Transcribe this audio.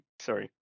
Sorry